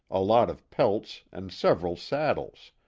a lot of pelts and several saddles,